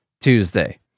Tuesday